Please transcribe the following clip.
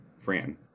Fran